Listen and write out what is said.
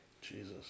Jesus